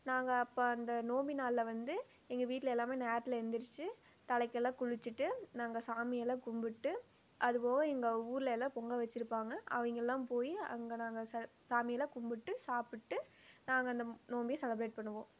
நாங்கள் அப்போ அந்த நோம்பு நாளில் வந்து எங்கள் வீட்டில் எல்லாமே நேரத்தில் எழுந்திரிச்சி தலைக்கெல்லாம் குளிச்சுட்டு நாங்கள் சாமியெல்லாம் கும்பிட்டு அதுப்போக எங்கள் ஊரில்யெல்லாம் பொங்கல் வெச்சுருப்பாங்க அவங்கெல்லாம் போய் அங்கே நாங்கள் ச சாமியெல்லாம் கும்பிட்டு சாப்பிட்டு நாங்கள் அந்த நோம்பியை செலெப்ரேட் பண்ணுவோம்